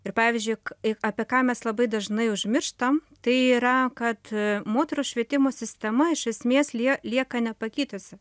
ir pavyzdžiui k apie ką mes labai dažnai užmirštam tai yra kad moterų švietimo sistema iš esmės lie lieka nepakitusi